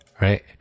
right